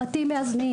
אלא בתים מאזנים,